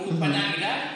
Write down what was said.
והוא פנה אליי,